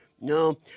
No